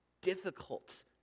difficult